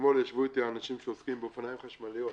אתמול ישבו אתי האנשים שעוסקים באופניים חשמליים.